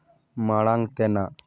ᱢᱟᱲᱟᱝ ᱛᱮᱱᱟᱜ